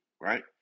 right